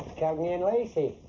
cagney and lacey.